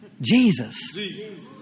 Jesus